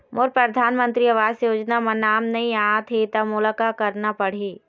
मोर परधानमंतरी आवास योजना म नाम नई आत हे त मोला का करना पड़ही?